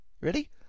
Ready